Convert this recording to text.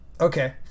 okay